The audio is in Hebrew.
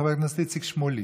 חבר הכנסת איציק שמולי,